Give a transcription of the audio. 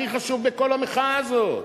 הכי חשוב בכל המחאה הזאת.